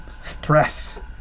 stress